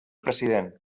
president